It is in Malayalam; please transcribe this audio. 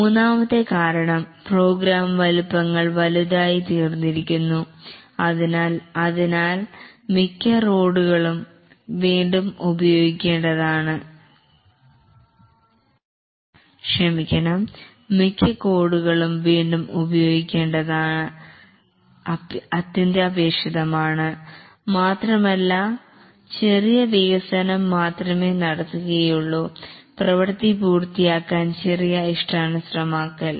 മൂന്നാമത്തെ കാരണം പ്രോഗ്രാം വലുപ്പങ്ങൾ വലുതായി തീർന്നിരിക്കുന്നു അതിനാൽ അതിനാൽ മിക്ക കോഡുകളും വീണ്ടും ഉപയോഗിക്കേണ്ടത് അത്യന്താപേഷിതമാണ് മാത്രമല്ല ചെറിയ വികസനം മാത്രമേ നടത്തുകയുള്ളൂ പ്രവർത്തി പൂർത്തിയാക്കാൻ ചെറിയ ഇഷ്ടാനുസൃതമാക്കൽ